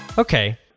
Okay